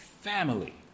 family